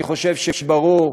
אני חושב שברור,